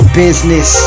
business